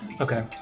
Okay